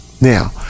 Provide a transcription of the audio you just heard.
Now